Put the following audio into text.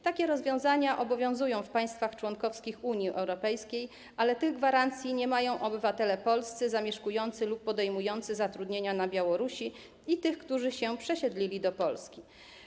Takie rozwiązania obowiązują w państwach członkowskich Unii Europejskiej, ale tych gwarancji nie mają obywatele polscy zamieszkujący lub podejmujący zatrudnienie na Białorusi i tych, którzy przesiedlili się do Polski.